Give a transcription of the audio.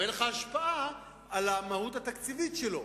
אבל אין לך השפעה על המהות התקציבית שלו.